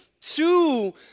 two